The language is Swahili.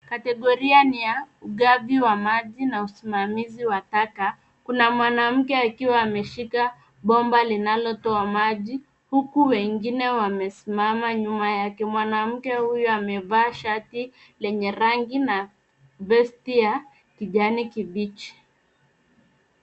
Kategoria ni ya ugavi wa maji na usimamizi wa taka. Kuna mwanamke akiwa ameshika bomba linalotoa maji huku wengine wamesimama nyuma yake. Mwanamke huyu amevaa shati lenye rangi na vesti ya kijani kibichi.